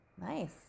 Nice